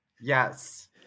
yes